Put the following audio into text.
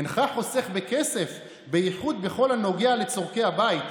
אינך חוסך בכסף, בייחוד בכל הנוגע לצורכי הבית.